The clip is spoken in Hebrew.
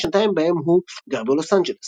למעט שנתיים בהם הוא גר בלוס אנג'לס.